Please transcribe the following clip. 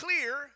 clear